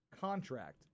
contract